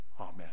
Amen